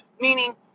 Meaning